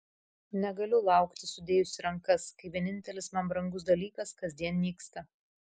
negaliu laukti sudėjusi rankas kai vienintelis man brangus dalykas kasdien nyksta